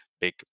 big